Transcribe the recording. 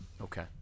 okay